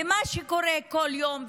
מה שקורה כל יום,